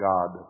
God